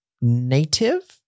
native